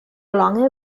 lange